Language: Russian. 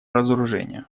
разоружению